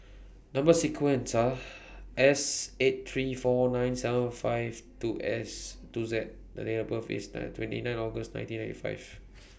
Number sequence Are S eight three four nine seven five two S two Z The Date of birth that twenty nine August nineteen ninety five